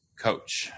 Coach